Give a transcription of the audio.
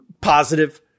Positive